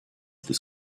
des